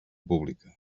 pública